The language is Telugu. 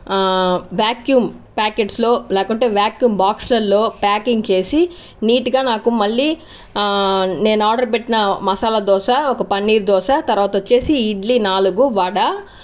వాక్యూమ్ ప్యాకెట్స్లో లేకుంటే వాక్యూమ్ బాక్సులల్లో ప్యాకింగ్ చేసి నీటిగా నాకు మళ్ళీ నేను ఆర్డర్ పెట్టిన మసాలా దోశ ఒక పన్నీరు దోశ తర్వాత వచ్చేసి ఇడ్లీ నాలుగు వడ